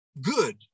good